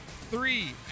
three